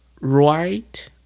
right